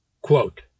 quote